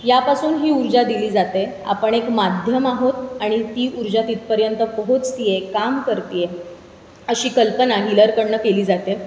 यापासून ही ऊर्जा दिली जाते आपण एक माध्यम आहोत आणि ती ऊर्जा तिथपर्यंत पोहोचत आहे काम करत आहे अशी कल्पना हिलरकडून केली जाते